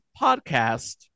podcast